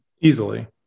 easily